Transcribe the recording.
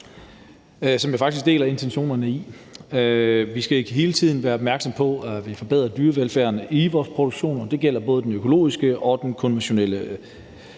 jeg faktisk deler. Vi skal hele tiden være opmærksomme på, at vi forbedrer dyrevelfærden i vores produktion, og det gælder både den økologiske og konventionelle.